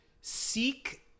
seek-